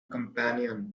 companion